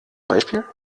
beispiel